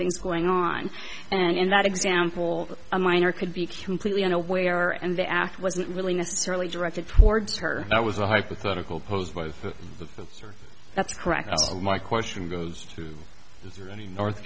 something's going on and in that example a minor could be completely unaware and the act wasn't really necessarily directed towards her that was a hypothetical posed by the sensor that's correct my question goes to is there any north